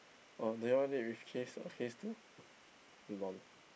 oh that one that case case to lol